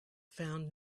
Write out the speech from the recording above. found